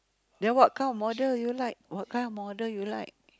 then what kind of model you like what kind of model you like